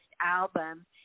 album